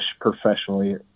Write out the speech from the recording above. professionally